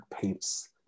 paints